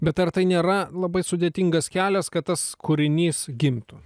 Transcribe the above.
bet ar tai nėra labai sudėtingas kelias kad tas kūrinys gimtų